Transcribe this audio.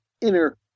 inner